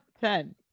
ten